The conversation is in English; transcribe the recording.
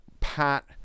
pat